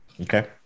Okay